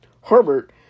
Herbert